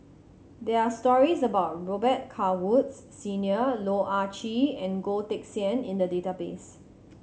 there are stories about Robet Carr Woods Senior Loh Ah Chee and Goh Teck Sian in the database